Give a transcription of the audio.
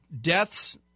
deaths